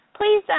please